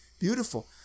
beautiful